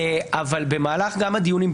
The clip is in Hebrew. אבל במהלך גם הדיונים,